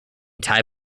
thai